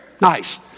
Nice